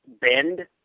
bend